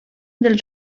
dels